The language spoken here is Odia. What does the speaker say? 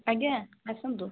ଆଜ୍ଞା ଆସନ୍ତୁ